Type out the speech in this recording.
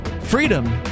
freedom